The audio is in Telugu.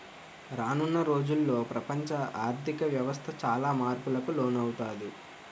రానున్న రోజుల్లో ప్రపంచ ఆర్ధిక వ్యవస్థ చాలా మార్పులకు లోనవుతాది